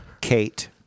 Kate